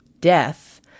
death